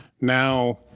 Now